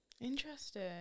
Interesting